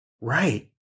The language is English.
Right